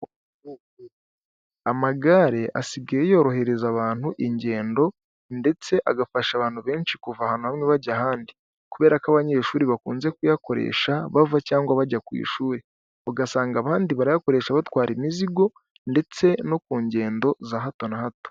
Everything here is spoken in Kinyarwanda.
Amagare asigaye yorohereza abantu ingendo ndetse agafasha abantu benshi kuva ahantu hamwe bajya ahandi kubera ko abanyeshuri bakunze kuyakoresha bava cyangwa bajya ku ishuri, ugasanga abandi bayakoresha batwara imizigo ndetse no ku ngendo za hato na hato.